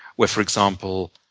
where, for example,